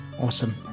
awesome